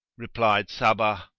replied sabbah,